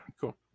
cool